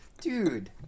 Dude